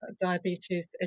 diabetes